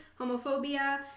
homophobia